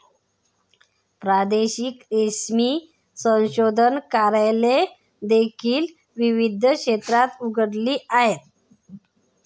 प्रादेशिक रेशीम संशोधन कार्यालये देखील विविध क्षेत्रात उघडली आहेत